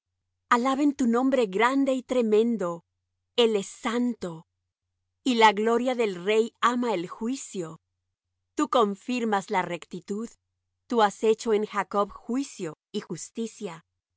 alaben tu nombre grande y tremendo el es santo y la gloria del rey ama el juicio tú confirmas la rectitud tú has hecho en jacob juicio y justicia